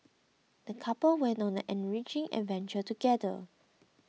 the couple went on an enriching adventure together